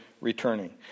returning